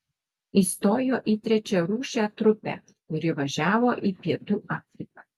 įstojo į trečiarūšę trupę kuri važiavo į pietų afriką